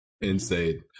Insane